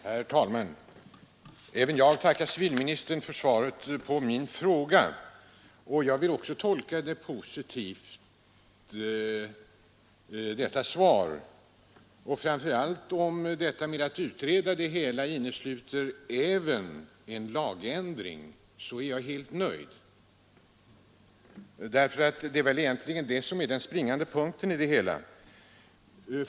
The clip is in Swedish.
Herr talman! Även jag tackar civilministern för svaret på min fråga, och jag vill också tolka detta svar positivt. Framför allt om det statsrådet anför beträffande utredning innesluter även en lagändring är jag helt nöjd, för lagändring är egentligen den springande punkten i hela frågan.